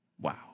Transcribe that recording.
Wow